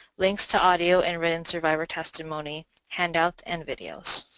links to audio and written survivor testimony, handouts, and videos.